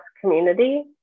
community